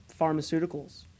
pharmaceuticals